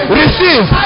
receive